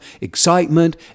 excitement